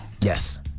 Yes